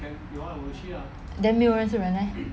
then 没有认识人 meh